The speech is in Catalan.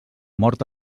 mort